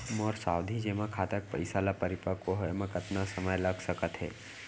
मोर सावधि जेमा खाता के पइसा ल परिपक्व होये म कतना समय लग सकत हे?